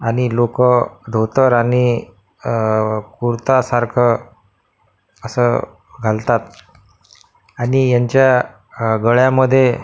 आणि लोकं धोतर आणि कुर्तासारखं असं घालतात आणि यांच्या गळ्यामध्ये